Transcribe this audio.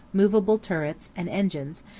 movable turrets, and engines,